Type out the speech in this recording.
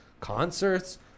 concerts